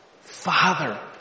Father